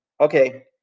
Okay